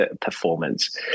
performance